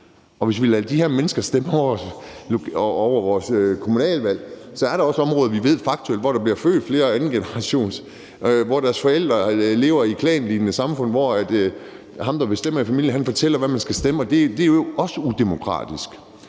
Hvis vi lader de her mennesker stemme til vores lokalvalg, er der også områder, hvor vi faktuelt ved at der bliver født flere andengenerationsindvandrere og deres forældre lever i klanlignende samfund, hvor ham, der bestemmer i familien, fortæller, hvad man skal stemme, og det er jo også udemokratisk.